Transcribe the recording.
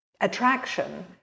attraction